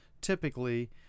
typically